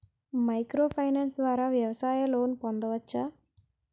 Micro finance ద్వారా వ్యవసాయ loan పొందవచ్చా?